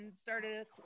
started